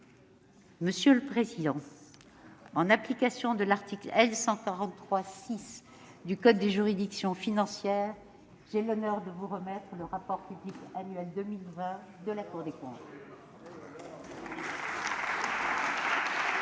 Monsieur le président, en application de l'article L. 143-6 du code des juridictions financières, j'ai l'honneur de vous remettre le rapport public annuel de la Cour des comptes.